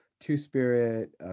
two-spirit